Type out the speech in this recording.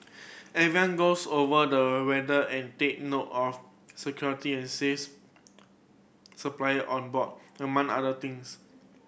everyone goes over the weather and take note of security and says supply on board among other things